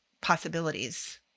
possibilities